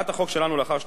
לאחר שתאושר היום,